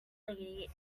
lady